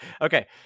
Okay